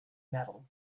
medal